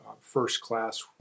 first-class